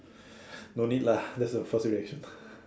no need lah that's the first reaction